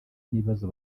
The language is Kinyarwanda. n’ibibazo